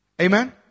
Amen